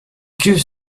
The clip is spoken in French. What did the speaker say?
cuves